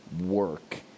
work